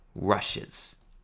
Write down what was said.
rushes